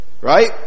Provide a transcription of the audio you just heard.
right